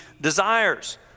desires